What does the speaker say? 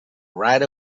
right